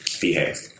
behave